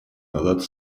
назад